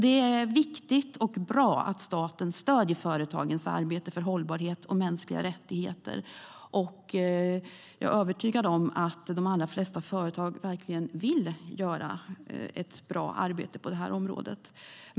Det är viktigt och bra att staten stöder företagens arbete för hållbarhet och mänskliga rättigheter, och jag är övertygad om att de allra flesta företag verkligen vill göra ett bra arbete på det här området.